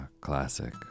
classic